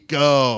go